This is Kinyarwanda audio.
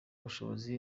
ubushobozi